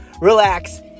relax